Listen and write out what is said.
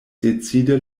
decide